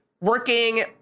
working